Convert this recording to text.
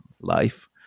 life